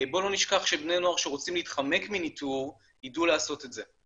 בוא לא נשכח שבני נוער שרוצים להתחמק מניטור ידעו לעשות את זה,